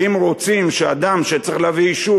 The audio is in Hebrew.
כי אם רוצים שאדם שיהיה צריך להביא אישור